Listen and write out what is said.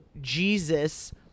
Jesus